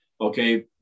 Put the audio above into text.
Okay